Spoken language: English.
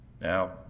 Now